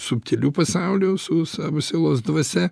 subtiliu pasauliu su savo sielos dvasia